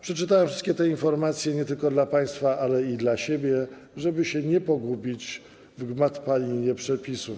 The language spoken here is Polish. Przeczytałem wszystkie te informacje nie tylko dla państwa, ale i dla siebie, żeby się nie pogubić w gmatwaninie przepisów.